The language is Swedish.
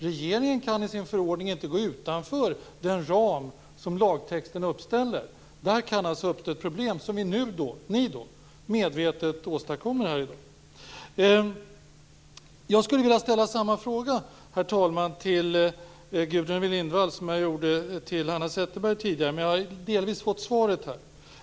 Regeringen kan i sin förordning inte gå utanför den ram som lagtexten uppställer. Där kan uppstå ett problem som medvetet åstadkoms här i dag. Jag tänkte ställa samma fråga till Gudrun Lindvall som jag gjorde till Hanna Zetterberg tidigare, men jag har redan delvis fått svaret.